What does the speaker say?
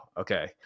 Okay